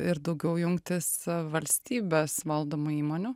ir daugiau jungtis valstybės valdomų įmonių